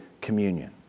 communion